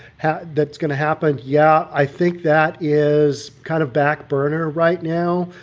that's going to happen? yeah, i think that is kind of backburner right now.